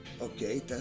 okay